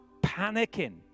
panicking